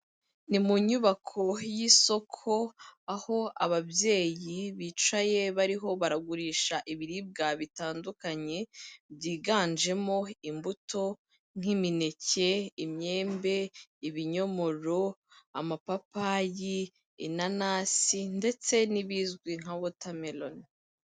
Ni mu nyubako y'isoko aho ababyeyi bicaye bariho baragurisha ibiribwa bitandukanye byiganjemo imbuto nk'imineke, imyembe, ibinyomoro, amapapayi inanasi ndetse n'ibizwi nka wotameroni.